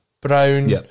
Brown